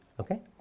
Okay